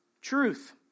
truth